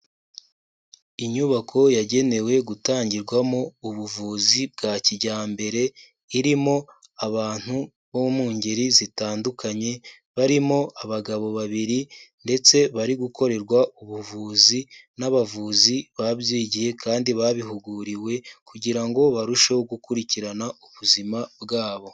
Inyubako yagenewe gutangirwamo ubuvuzi bwa kijyambere irimo abantu bo mu ngeri zitandukanye, barimo abagabo babiri ndetse bari gukorerwa ubuvuzi n'abavuzi babyigiye kandi babihuguriwe kugira ngo barusheho gukurikirana ubuzima bwabo.